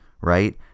right